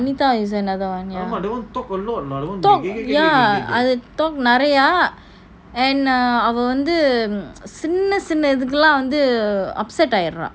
Anita is another one ya talk ya talk நிறைய:neraya and அவ சின்ன சின்ன இதுகுளம்:ava sinna sinna ithukulam upset ஆயிடுற:aayedura